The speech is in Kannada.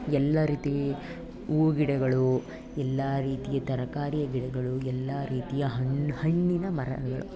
ಎಲ್ಲ ರೀತಿ ಹೂವು ಗಿಡಗಳು ಎಲ್ಲ ರೀತಿಯ ತರಕಾರಿಯ ಗಿಡಗಳು ಎಲ್ಲ ರೀತಿಯ ಹಣ್ಣು ಹಣ್ಣಿನ ಮರಗಳು